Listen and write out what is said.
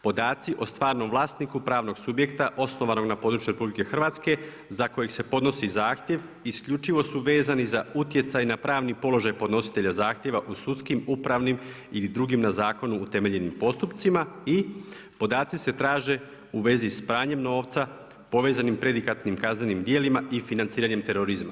Podaci o stvarnom vlasniku pravnog subjekta osnovanog na području RH, za kojeg se podnosi zahtjev isključivo su vezani za utjecaj na pravni položaj podnositelja zahtjeva u sudskim, upravnim ili drugim na zakonom utemeljenim postupcima i podaci se traže u vezi s pranjem novca, povezanim predikatnim kaznenim dijelima i financiranju terorizma.